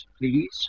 please